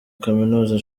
kaminuza